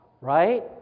right